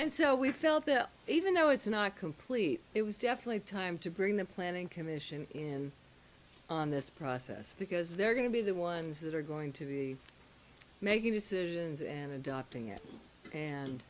and so we felt that even though it's not complete it was definitely time to bring the planning commission in on this process because they're going to be the ones that are going to be making decisions and adopting it and